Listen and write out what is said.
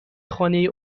خانه